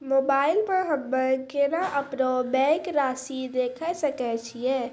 Mobile मे हम्मय केना अपनो बैंक रासि देखय सकय छियै?